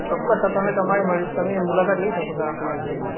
ચોક્કર sir તમે તમારી મરજી તમે મુલાકાત લઇ શકો છો આપણી લાયબ્રેરીની